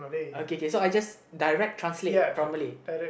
okay K K so I just direct translate from Malay